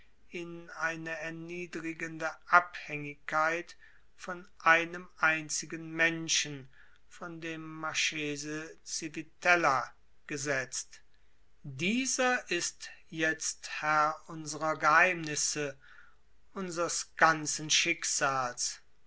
in eine erniedrigende abhängigkeit von einem einzigen menschen von dem marchese civitella gesetzt dieser ist jetzt herr unsrer geheimnisse unsers ganzen schicksals